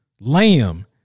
lamb